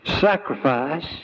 sacrifice